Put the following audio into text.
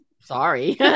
sorry